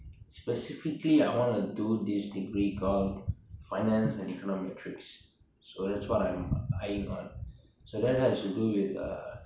specifically I want to do this degree called finance and econometrics so that's what I'm eyeing on so that has to do with err